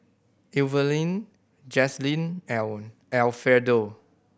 Evaline Jazlyn Al Alfredo